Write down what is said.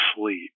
sleep